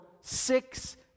six